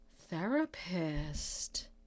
therapist